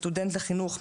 סטודנט לחינוך,